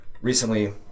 recently